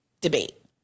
debate